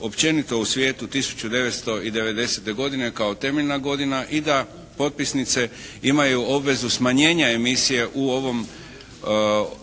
općenito u svijetu 1990. godine kao temeljna godina i da potpisnice imaju obvezu smanjenja emisije u ovom